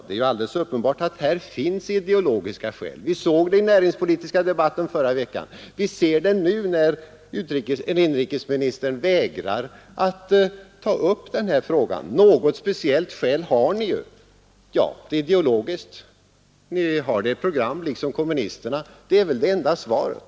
Det är alldeles uppenbart att det finns ideologiska skäl; det märkte vi i den näringspolitiska debatten förra veckan och vi ser det också nu, när inrikesministern vägrar att ta upp den här frågan. Något speciellt skäl till detta har ni ju, och det är ideologiskt — ni har det i ert program, liksom kommunisterna har det i sitt. Det är väl det enda svaret.